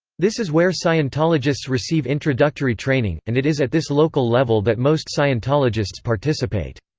this is where scientologists receive introductory training, and it is at this local level that most scientologists participate.